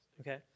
okay